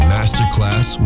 Masterclass